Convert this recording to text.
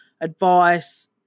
advice